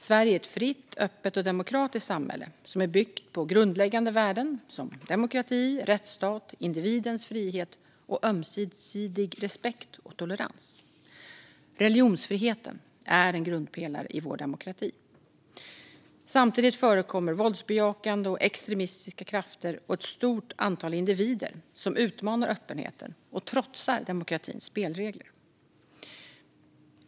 Sverige är ett fritt, öppet och demokratiskt samhälle som är byggt på grundläggande värden som demokrati, rättsstat, individens frihet och ömsesidig respekt och tolerans. Religionsfriheten är en grundpelare i vår demokrati. Samtidigt förekommer våldsbejakande och extremistiska krafter och ett stort antal individer som utmanar öppenheten och trotsar demokratins spelregler.